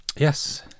Yes